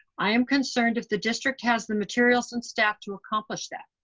i am concerned if the district has the materials and staff to accomplish that.